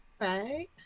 Right